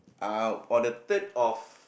ah on the third of